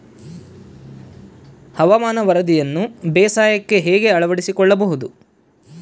ಹವಾಮಾನದ ವರದಿಯನ್ನು ಬೇಸಾಯಕ್ಕೆ ಹೇಗೆ ಅಳವಡಿಸಿಕೊಳ್ಳಬಹುದು?